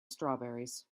strawberries